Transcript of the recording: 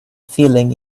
feeling